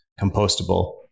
compostable